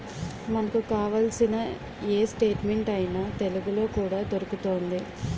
మనకు కావాల్సిన ఏ స్టేట్మెంట్ అయినా తెలుగులో కూడా దొరుకుతోంది